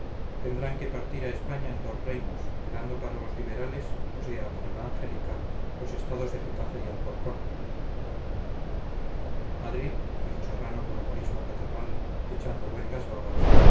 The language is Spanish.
tendrán que partir a españa en dos reinos quedando para los liberales o sea para la angélica los estados de getafe y alcorcón madrid dijo serrano con humorismo catarral echando luengas babas